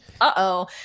Uh-oh